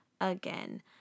again